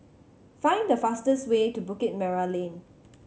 find the fastest way to Bukit Merah Lane